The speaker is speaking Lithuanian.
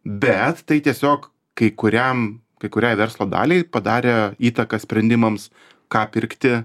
bet tai tiesiog kai kuriam kai kuriai verslo daliai padarė įtaką sprendimams ką pirkti